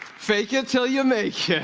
fake it till you make it.